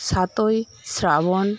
সাতই শ্রাবণ